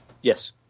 Yes